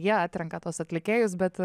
jie atrenka tuos atlikėjus bet